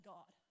God